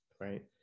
right